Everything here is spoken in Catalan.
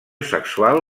sexual